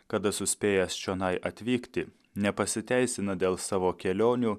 kada suspėjęs čionai atvykti nepasiteisina dėl savo kelionių